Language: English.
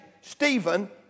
Stephen